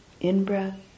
In-breath